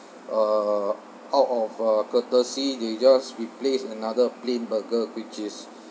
uh out of a courtesy they just replace another plain burger which is